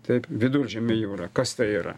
taip viduržemio jūra kas tai yra